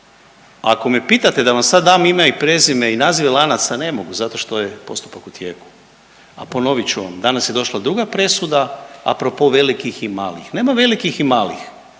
Ako me pitate da vam sad dam ime i prezime i naziv lanaca, ne mogu zato što je postupak u tijeku. A ponovit ću vam, danas je došla druga presuda a pro po velikih i malih. Nema velikih i malih,